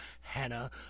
Hannah